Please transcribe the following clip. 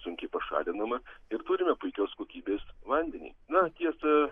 sunkiai pašalinama ir turime puikios kokybės vandenį na tiesa